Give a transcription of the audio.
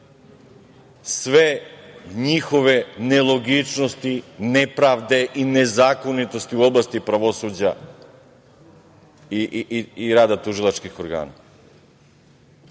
sve njihove nelogičnosti, nepravde i nezakonitosti u oblasti pravosuđa i rada tužilačkih organa. Da